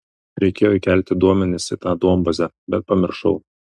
reikėjo įkelti duomenis į tą duombazę bet pamiršau